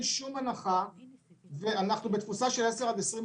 בארנונה אין הנחה והתפוסה היא נמוכה מאוד.